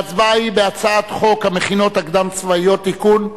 ההצבעה היא על הצעת חוק המכינות הקדם-צבאיות (תיקון,